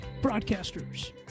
broadcasters